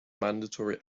mandatory